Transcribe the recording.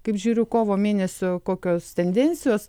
kaip žiūriu kovo mėnesio kokios tendencijos